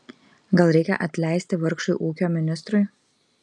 gal reikia atleisti vargšui ūkio ministrui